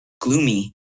Gloomy